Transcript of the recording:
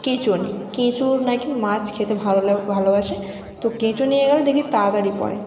কেঁচো নিই কেঁচোর নাকি মাছ খেতে ভালো লাগে ভালোবাসে তো কেঁচো নিয়ে গেলে দেখি তাড়াতাড়ি পড়ে